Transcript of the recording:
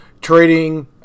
trading